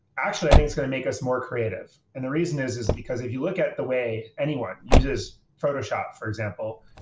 actually, i think is going to make us more creative. and the reason is is because if you look at the way anyone uses photoshop, for example,